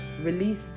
release